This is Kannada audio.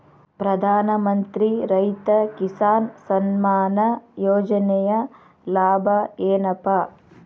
ಪ್ರಧಾನಮಂತ್ರಿ ರೈತ ಕಿಸಾನ್ ಸಮ್ಮಾನ ಯೋಜನೆಯ ಲಾಭ ಏನಪಾ?